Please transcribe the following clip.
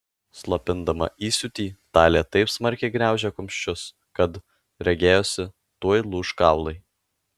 slopindama įsiūtį talė taip smarkiai gniaužė kumščius kad regėjosi tuoj lūš kaulai